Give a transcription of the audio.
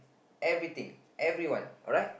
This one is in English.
everything everyone alright